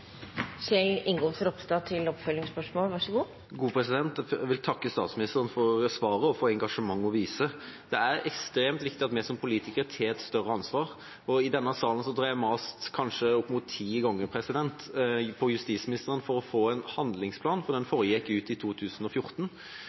Jeg vil takke statsministeren for svaret og engasjementet hun viser. Det er ekstremt viktig at vi som politikere tar et større ansvar, og i denne salen tror jeg at jeg har mast kanskje opp mot ti ganger på justisministeren for å få en handlingsplan, for den forrige gikk ut i 2014.